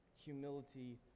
Humility